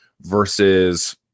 versus